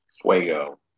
Fuego